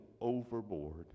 overboard